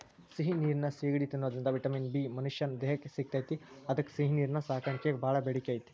ಸಿಹಿ ನೇರಿನ ಸಿಗಡಿ ತಿನ್ನೋದ್ರಿಂದ ವಿಟಮಿನ್ ಬಿ ಮನಶ್ಯಾನ ದೇಹಕ್ಕ ಸಿಗ್ತೇತಿ ಅದ್ಕ ಸಿಹಿನೇರಿನ ಸಾಕಾಣಿಕೆಗ ಬಾಳ ಬೇಡಿಕೆ ಐತಿ